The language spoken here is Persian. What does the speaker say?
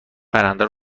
پرنده